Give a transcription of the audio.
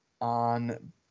on